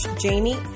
Jamie